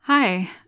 Hi